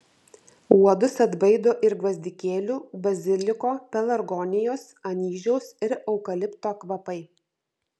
uodus atbaido ir gvazdikėlių baziliko pelargonijos anyžiaus ir eukalipto kvapai